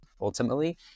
ultimately